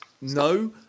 No